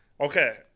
okay